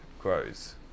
grows